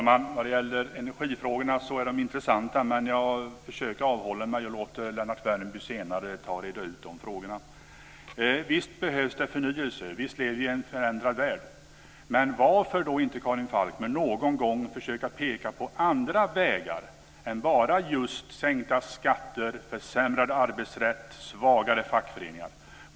Fru talman! Energifrågorna är intressanta men jag försöker avhålla mig från de frågorna för att i stället låta Lennart Värmby reda ut dem. Visst behövs det förnyelse och visst lever vi i en förändrad värld. Men varför då inte, Karin Falkmer, någon gång försöka peka på andra vägar än bara just sänkta skatter, försämrad arbetsrätt och svagare fackföreningar?